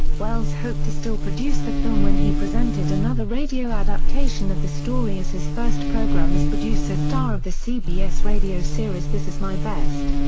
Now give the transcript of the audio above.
welles hoped to still produce the film when he presented another radio adaptation of the story as his first program as producer-star of the cbs radio series this is my best.